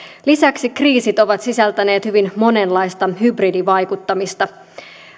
lisäksi kriisit ovat sisältäneet hyvin monenlaista hybridivaikuttamista